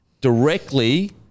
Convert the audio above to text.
directly